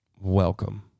Welcome